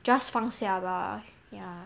just 放下吧 ya